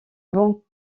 banc